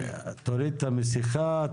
תוריד את המסכה,